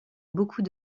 beaucoup